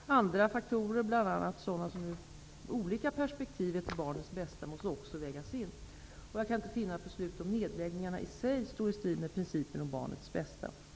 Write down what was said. Andra faktorer, bl.a. sådana som ur olika perspektiv är till barnets bästa, måste också vägas in. Jag kan inte finna att beslutet om nedläggningarna i sig står i strid med principen om barnets bästa.